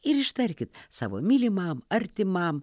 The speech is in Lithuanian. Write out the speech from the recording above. ir ištarkit savo mylimam artimam